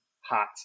hot